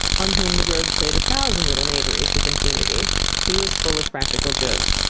on whom the rogue played a thousand little knaveries with impunity he was full of practical jokes,